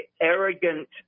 arrogant